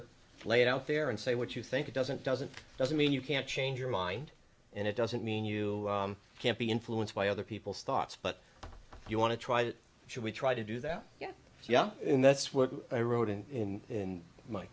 of played out there and say what you think it doesn't doesn't doesn't mean you can't change your mind and it doesn't mean you can't be influenced by other people's thoughts but if you want to try that should we try to do that yeah yeah that's what i wrote in